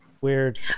weird